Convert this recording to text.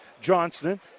Johnston